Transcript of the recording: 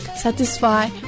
satisfy